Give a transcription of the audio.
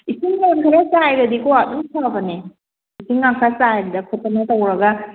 ꯏꯁꯤꯡ ꯂꯥꯡ ꯈꯔ ꯆꯥꯏꯔꯗꯤꯀꯣ ꯑꯗꯨꯝ ꯐꯕꯅꯦ ꯏꯁꯤꯡ ꯂꯥꯡ ꯈꯔ ꯆꯥꯏꯗꯅ ꯈꯣꯠꯇꯅ ꯇꯧꯔꯒ